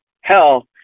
hell